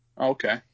Okay